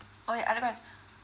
oh yeah otherwise